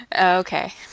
Okay